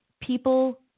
people